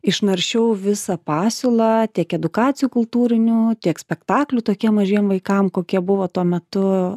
išnaršiau visą pasiūlą tiek edukacijų kultūrinių tiek spektaklių tokiem mažiem vaikam kokie buvo tuo metu